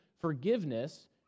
forgiveness